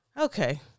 Okay